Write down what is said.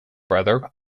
brother